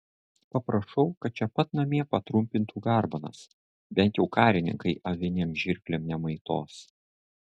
paprašau kad čia pat namie patrumpintų garbanas bent jau karininkai avinėm žirklėm nemaitos